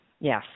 Yes